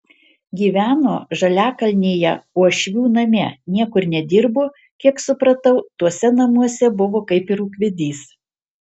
gyveno žaliakalnyje uošvių name niekur nedirbo kiek supratau tuose namuose buvo kaip ir ūkvedys